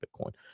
Bitcoin